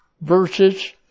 verses